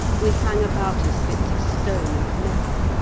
we hang about us bits of stone and metal,